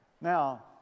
Now